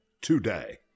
today